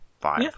five